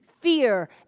fear